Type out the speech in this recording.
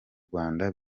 rwanda